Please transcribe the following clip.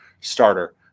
starter